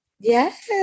Yes